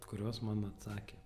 kurios man atsakė